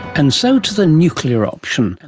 and so to the nuclear option,